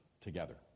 together